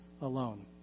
alone